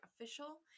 official